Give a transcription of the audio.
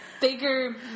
Bigger